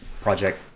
project